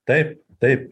taip taip